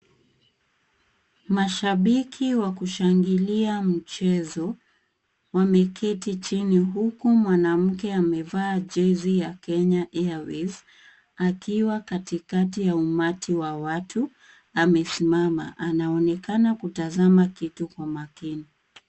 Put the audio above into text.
Mashabiki wa kushangilia mchezo, wameketi chini huku mwanamke amevaa jezi ya Kenya Airways, akiwa katikati ya umati wa watu, amesimama anaonekana kutazama kitu kwa makini.